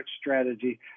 strategy